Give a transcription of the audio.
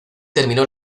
terminó